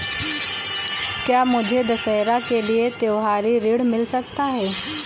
क्या मुझे दशहरा के लिए त्योहारी ऋण मिल सकता है?